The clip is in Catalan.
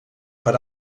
per